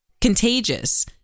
contagious